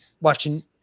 watching